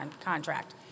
contract